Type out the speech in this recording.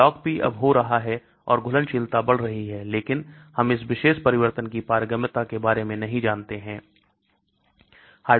LogP अब हो रहा है और घुलनशीलता बढ़ रही है लेकिन हम इस विशेष परिवर्तन की पारगम्यता के बारे में नहीं जानते हैं